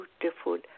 beautiful